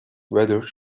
whether